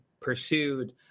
pursued